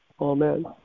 Amen